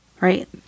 right